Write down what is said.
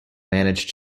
manage